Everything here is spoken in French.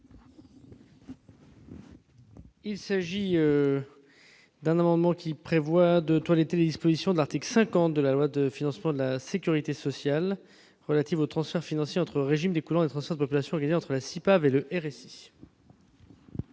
présent amendement prévoit de toiletter les dispositions de l'article 50 de la loi de financement de la sécurité sociale pour 2017 relatives aux transferts financiers entre régimes découlant des transferts de population organisés entre la CIPAV et le RSI.